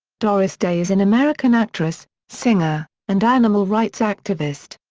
doris day is an american actress, singer, and animal rights activist.